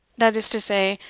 that is to say,